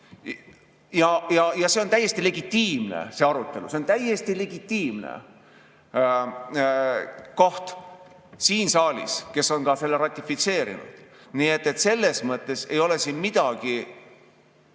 arutelu on täiesti legitiimne, see on täiesti legitiimne koht siin saalis, siin on see ka ratifitseeritud. Nii et selles mõttes ei ole siin midagi,